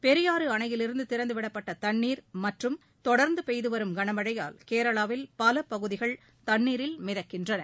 பெரியாறு அணையிலிருந்து திறந்துவிடப்பட்ட தண்ணீர் மற்றும் தொடர்ந்து பெய்துவரும் கனமழையால் கேரளாவில் பகுதிகள் தண்ணீரில் மிதக்கின்றன